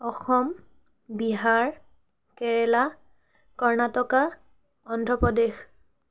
Assam Bihar Kerala Karnataka Andhra Pradesh